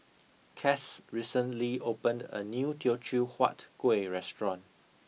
Cass recently opened a new teochew huat kuih restaurant